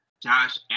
Josh